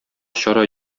чара